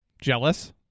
Jealous